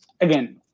again